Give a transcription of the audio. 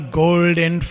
golden